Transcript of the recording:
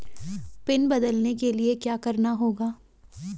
Pin बदलने के लिए क्या करना होगा?